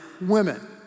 women